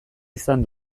izan